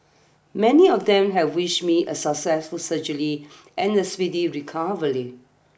many of them have wish me a successful surgery and a speedy recovery